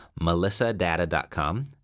melissadata.com